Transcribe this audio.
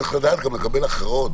צריך לדעת גם לקבל הכרעות.